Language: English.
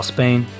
Spain